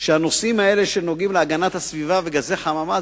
שהנושאים האלה שנוגעים להגנת הסביבה וגזי חממה,